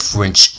French